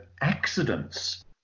accidents